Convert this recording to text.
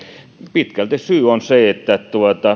pitkälti syy on se että